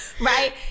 right